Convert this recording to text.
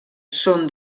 són